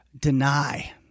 deny